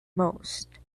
most